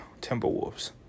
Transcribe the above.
Timberwolves